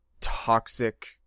toxic